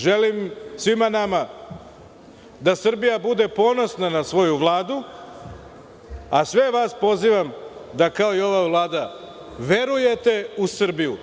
Želim svima tama da Srbija bude ponosna na svoju Vladu, a sve vas pozivam da kao i ova Vlada verujete u Srbiju.